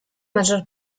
maggior